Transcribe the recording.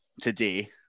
today